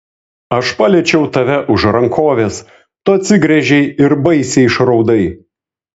aš paliečiau tave už rankovės tu atsigręžei ir baisiai išraudai